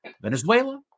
Venezuela